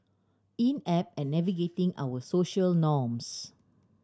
inept at navigating our social norms